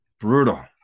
Brutal